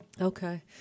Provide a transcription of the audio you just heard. Okay